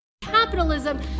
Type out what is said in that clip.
capitalism